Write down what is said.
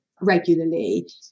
regularly